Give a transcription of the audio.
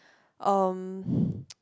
um